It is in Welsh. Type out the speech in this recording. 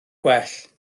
gwell